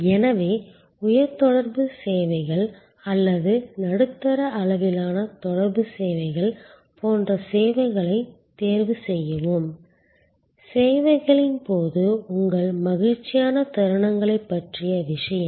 எனவே உயர் தொடர்பு சேவைகள் அல்லது நடுத்தர அளவிலான தொடர்பு சேவைகள் போன்ற சேவைகளைத் தேர்வுசெய்யவும் சேவைகளின் போது உங்கள் மகிழ்ச்சியான தருணங்களைப் பற்றிய விஷயம்